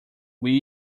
will